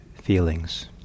feelings